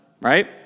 right